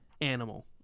animal